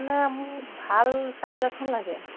মানে মোক ভাল চাইকেল এখন লাগে